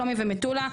שלומי ומטולה,